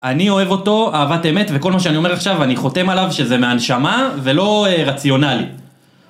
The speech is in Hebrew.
אני אוהב אותו אהבת אמת, וכל מה שאני אומר עכשיו, אני חותם עליו שזה מהנשמה, ולא רציונלית.